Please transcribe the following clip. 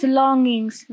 longings